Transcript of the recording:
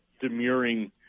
demurring